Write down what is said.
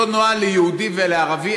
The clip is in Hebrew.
אותו נוהל ליהודי ולערבי,